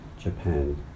Japan